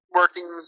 working